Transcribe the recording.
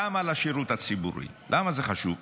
למה לשירות הציבורי, למה זה חשוב?